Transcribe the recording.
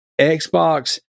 Xbox